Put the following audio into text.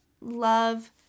love